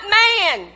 man